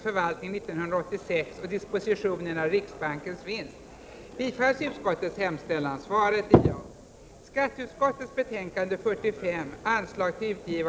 Fru talman!